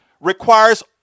requires